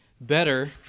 better